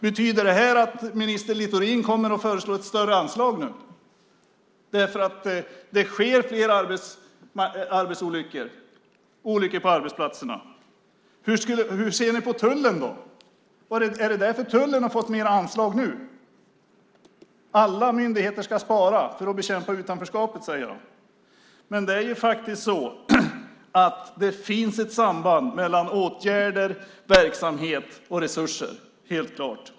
Betyder det här att minister Littorin kommer att föreslå ett större anslag? Det sker fler olyckor på arbetsplatserna. Hur ser ni på tullen? Är det därför tullen har fått högre anslag nu? Alla myndigheter ska spara för att bekämpa utanförskapet, säger ministern, men det finns ett samband mellan åtgärder, verksamhet och resurser.